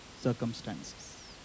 circumstances